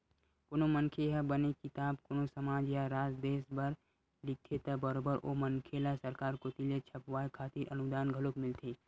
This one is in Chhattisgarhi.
कोनो मनखे ह बने किताब कोनो समाज या राज देस बर लिखथे त बरोबर ओ मनखे ल सरकार कोती ले छपवाय खातिर अनुदान घलोक मिलथे